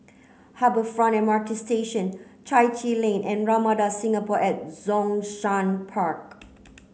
Harbour Front M R T Station Chai Chee Lane and Ramada Singapore at Zhongshan Park